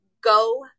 go